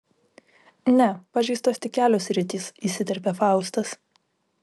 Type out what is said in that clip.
ne pažeistos tik kelios sritys įsiterpė faustas